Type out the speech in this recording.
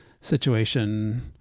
situation